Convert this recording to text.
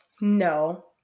No